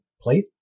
plate